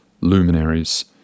luminaries